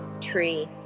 tree